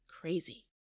crazy